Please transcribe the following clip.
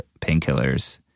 Painkillers